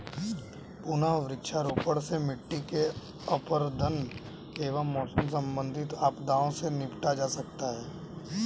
पुनः वृक्षारोपण से मिट्टी के अपरदन एवं मौसम संबंधित आपदाओं से निपटा जा सकता है